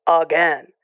again